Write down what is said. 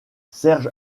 serge